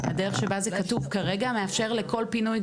הדרך שבה זה כתוב כרגע מאפשר לכל פינוי,